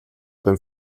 beim